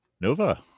nova